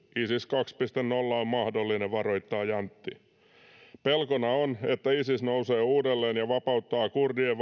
isis kaksi piste nolla on mahdollinen varoittaa jäntti pelkona on että isis nousee uudelleen ja vapauttaa kurdien